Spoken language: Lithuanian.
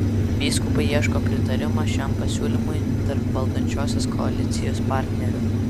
vyskupai ieško pritarimo šiam pasiūlymui tarp valdančiosios koalicijos partnerių